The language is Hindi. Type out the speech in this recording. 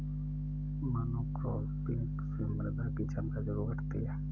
मोनोक्रॉपिंग से मृदा की क्षमता जरूर घटती है